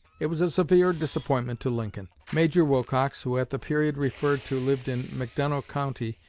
it was a severe disappointment to lincoln. major wilcox, who at the period referred to lived in mcdonough county,